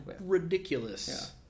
Ridiculous